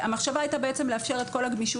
המחשבה הייתה בעצם לאפשר את כל הגמישות